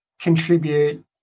contribute